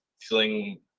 feeling